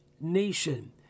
nation